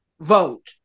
vote